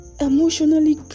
Emotionally